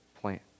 plant